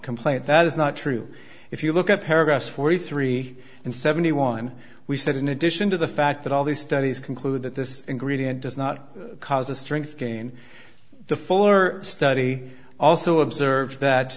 complaint that is not true if you look at paragraph forty three and seventy one we said in addition to the fact that all these studies conclude that this ingredient does not cause a strength gain the fuller study also observed that